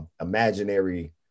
imaginary